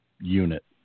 unit